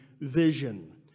vision